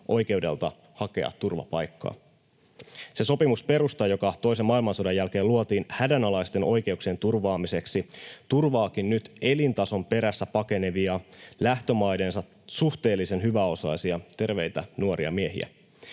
oikeudelta hakea turvapaikkaa. Se sopimusperusta, joka toisen maailmansodan jälkeen luotiin hädänalaisten oikeuksien turvaamiseksi, turvaakin nyt elintason perässä pakenevia lähtömaidensa suhteellisen hyväosaisia terveitä nuoria miehiä.